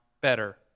better